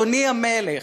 אדוני המלך".